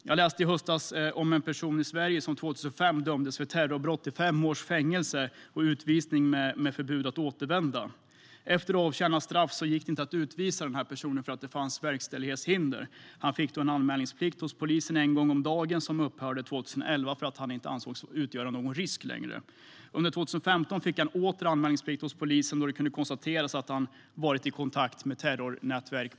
Jag läste i höstas om en person i Sverige som år 2005 dömdes för terrorbrott till fem års fängelse och utvisning med förbud att återvända. Efter avtjänat straff gick det inte att utvisa personen därför att det fanns verkställighetshinder. Han fick då anmälningsplikt hos polisen en gång om dagen, vilken upphörde 2011 för att han inte längre ansågs utgöra någon risk. Under 2015 fick han åter anmälningsplikt hos polisen då det kunde konstateras att han på nytt varit i kontakt med terrornätverk.